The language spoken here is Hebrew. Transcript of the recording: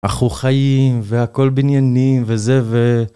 אנחנו חיים והכל בניינים וזה ו...